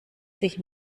sich